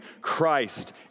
Christ